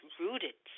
rooted